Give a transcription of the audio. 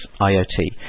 IOT